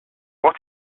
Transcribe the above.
what